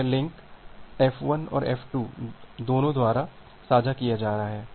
तो यह link F1 और F2 दोनों द्वारा साझा किया जा रहा है